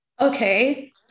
Okay